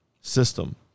system